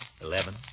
eleven